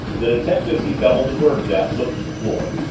the detectives he bellowed the words at looked at the floor.